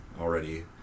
already